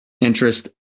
interest